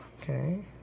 Okay